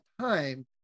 time